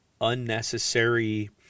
unnecessary